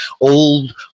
old